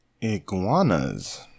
Iguanas